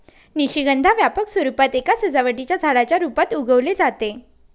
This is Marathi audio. निशिगंधा व्यापक स्वरूपात एका सजावटीच्या झाडाच्या रूपात उगवले जाते